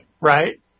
right